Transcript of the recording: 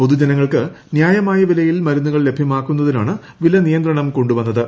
പൊതുജനങ്ങൾക്ക് ന്യായമായ വിലയിൽ മരുന്നുകൾ ലഭ്യമാക്കുന്നതിനാണ് വില നിയന്ത്രണം കൊണ്ടു വന്നത്